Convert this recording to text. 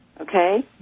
okay